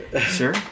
Sure